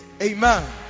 Amen